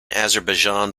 azerbaijan